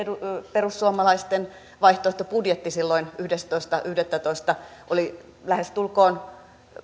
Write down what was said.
perussuomalaisten vaihtoehtobudjetti silloin yhdestoista yhdettätoista oli lähestulkoon